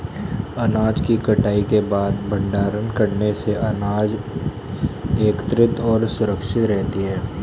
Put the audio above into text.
अनाज की कटाई के बाद भंडारण करने से अनाज एकत्रितऔर सुरक्षित रहती है